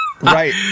Right